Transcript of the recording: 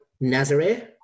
Nazareth